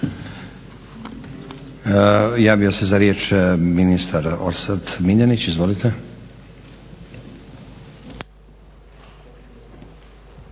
Javio se za riječ ministar Orsat Miljenić. Izvolite.